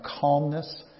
calmness